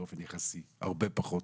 באופן יחסי, הרבה פחות,